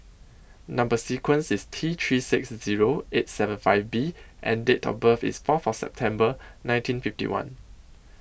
Number sequence IS T three six Zero eight seven five B and Date of birth IS four of September nineteen fifty one